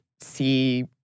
see